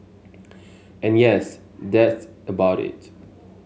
and yes that's about it